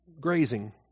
grazing